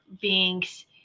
beings